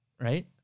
right